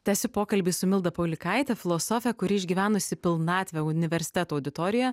tęsiu pokalbį su milda paulikaite filosofe kuri išgyvenusi pilnatvę universiteto auditorijoje